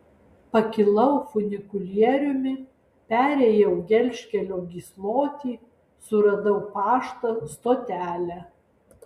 pakilau funikulieriumi perėjau gelžkelio gyslotį suradau paštą stotelę